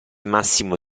massimo